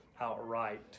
outright